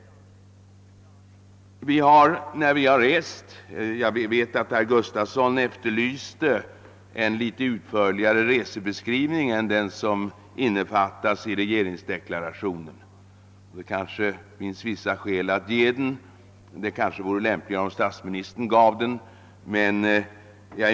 Herr Gustafson i Göteborg efterlyste en något utförligare resebeskrivning än den som finns i regeringsdeklarationen. Det finns vissa skäl att ge en sadan beskrivning, ehuru det kanske vore lämpligare om statsministern gjorde det.